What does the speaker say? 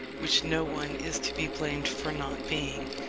which no one is to be blamed for not being,